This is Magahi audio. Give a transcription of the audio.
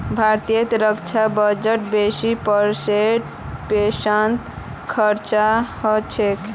भारतेर रक्षा बजटेर बीस परसेंट पेंशनत खरचा ह छेक